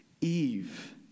Eve